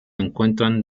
encuentran